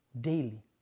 daily